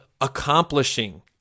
accomplishing